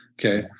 Okay